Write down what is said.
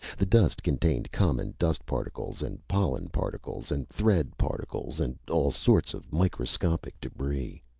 the dust contained common dust particles and pollen particles and thread particles and all sorts of microscopic debris.